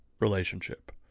relationship